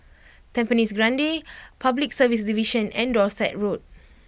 Tampines Grande Public Service Division and Dorset Road